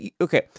Okay